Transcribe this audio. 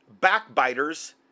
backbiters